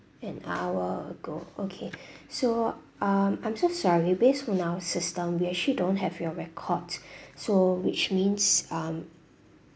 an hour ago okay so um I'm so sorry based on our system we actually don't have your record so which means um